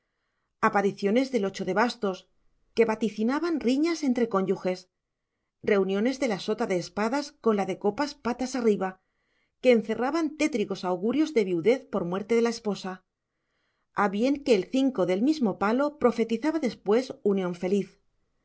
apariciones del ocho de bastos que vaticinaban riñas entre cónyuges reuniones de la sota de espadas con la de copas patas arriba que encerraban tétricos augurios de viudez por muerte de la esposa a bien que el cinco del mismo palo profetizaba después unión feliz